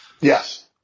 Yes